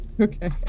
Okay